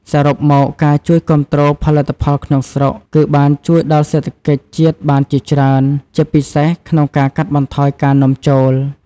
សរុបមកការជួយគាំទ្រផលិតផងក្នុងស្រុក គឺបានជួយដល់សេដ្ឋកិច្ចជាតិបានជាច្រើន ជាពិសេសក្នុងការកាត់បន្ថយការនាំចូល។